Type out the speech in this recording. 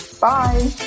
Bye